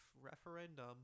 referendum